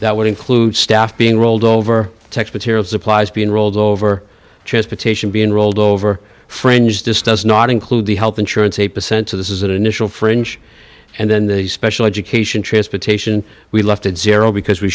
that would include staff being rolled over text material supplies being rolled over transportation being rolled over friends discuss not include the health insurance eight percent of this is an initial fringe and then the special education transportation we left at zero because we